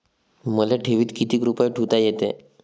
मले ठेवीत किती रुपये ठुता येते?